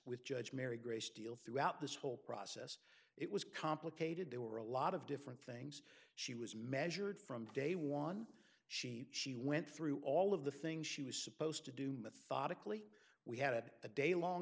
with judge mary grace deal throughout this whole process it was complicated there were a lot of different things she was measured from day one she she went through all of the things she was supposed to do methodically we had a daylong